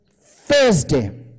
Thursday